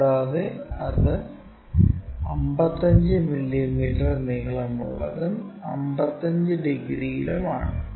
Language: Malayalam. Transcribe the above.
കൂടാതെ അത് 55 മില്ലീമീറ്റർ നീളമുള്ളതും 55 ഡിഗ്രിയിലും ആണ്